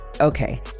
okay